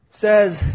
says